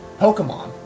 Pokemon